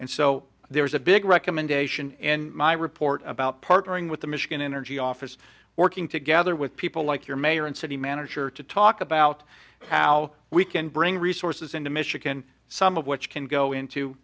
and so there's a big recommendation and my report about partnering with the michigan energy office working together with people like your mayor and city manager to talk about how we can bring resources into michigan some of which can go into